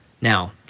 Now